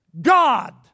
God